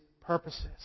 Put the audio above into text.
purposes